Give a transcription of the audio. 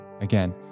Again